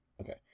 okay